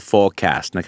Forecast